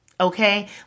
Okay